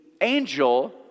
angel